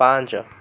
ପାଞ୍ଚ